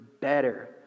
better